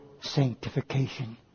sanctification